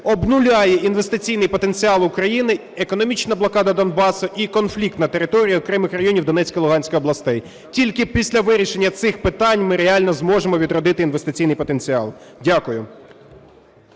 обнуляє інвестиційний потенціал України економічна блокада Донбасу і конфлікт на території окремих районів Донецької, Луганської областей. Тільки після вирішення цих питань ми реально зможемо відродити інвестиційний потенціал. Дякую.